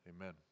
amen